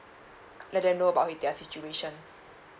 let them know about their situation